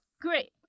Great